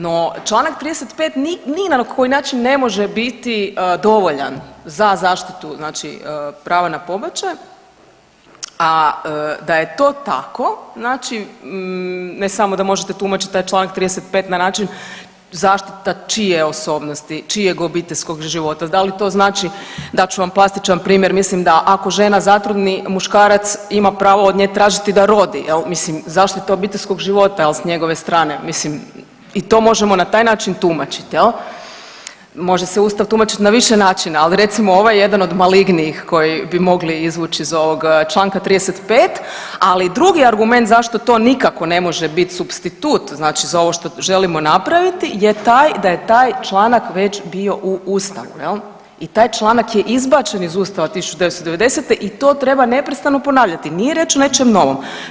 No, Članak 35. ni na koji način ne može biti dovoljan za zaštitu znači prava na pobačaj, a da je to tako znači ne samo da možete tumačiti taj Članak 35. na način zaštita čije osobnosti, čijeg obiteljskog života, da li to znači dat ću vam plastičan primjer, mislim da ako žena zatrudni muškarac ima pravo od nje tražiti da rodi jel, mislim zaštita obiteljskog života jel s njegove strane, mislim i to možemo na taj način tumačit jel, može se ustav tumačit na više načina, ali recimo ovo je jedan od malignijih koji bi mogli izvući iz ovog čl. 35., ali drugi argument zašto to nikako ne može bit supstitut znači za ovo što želimo napraviti je taj da je taj članak već bio u ustavu jel i taj članak je izbačen iz ustava 1990.-te i to treba neprestano ponavljati, nije riječ o nečem novom.